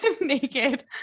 naked